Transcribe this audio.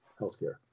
healthcare